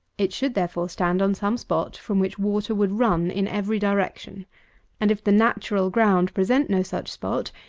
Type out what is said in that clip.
it should, therefore, stand on some spot from which water would run in every direction and if the natural ground presents no such spot,